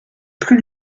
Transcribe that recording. plus